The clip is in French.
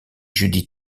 judy